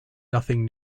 nothing